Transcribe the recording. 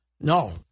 No